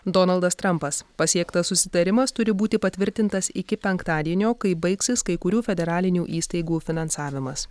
donaldas trampas pasiektas susitarimas turi būti patvirtintas iki penktadienio kai baigsis kai kurių federalinių įstaigų finansavimas